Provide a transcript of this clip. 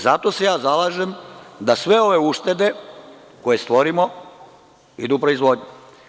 Zato se ja zalažem da sve ove uštede koje stvorimo idu u proizvodnju.